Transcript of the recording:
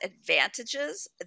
advantages